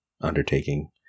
undertaking